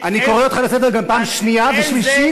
אני קורא אותך לסדר גם פעם שנייה ושלישית.